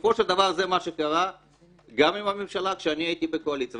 בסופו של דבר זה מה שקרה גם עם הממשלה כשאני הייתי בקואליציה.